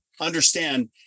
understand